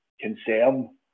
concern